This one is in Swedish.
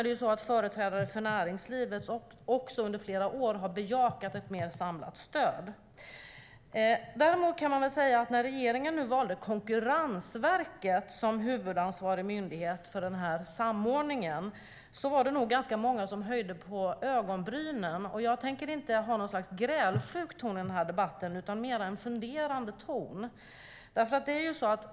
Företrädare för näringslivet har också bejakat ett mer samlat stöd. Men när regeringen valde Konkurrensverket som huvudansvarig myndighet för samordningen var det nog många som höjde på ögonbrynen. Jag tänker dock inte ha en grälsjuk ton i debatten utan en mer funderande ton.